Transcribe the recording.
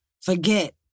forget